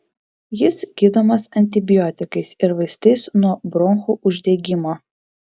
jis gydomas antibiotikais ir vaistais nuo bronchų uždegimo